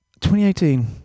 2018